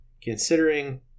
Considering